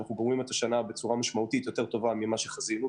שאנחנו גומרים את השנה בצורה טובה ממה שחזינו,